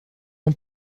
een